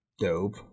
Dope